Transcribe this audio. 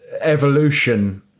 evolution